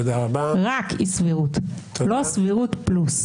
לא סבירות פלוס.